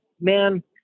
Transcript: man